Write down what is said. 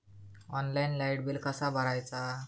Online light bill कसा भरायचा?